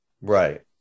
Right